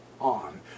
on